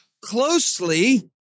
closely